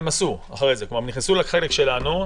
כלומר הם נכנסו לחלק שלנו.